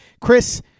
Chris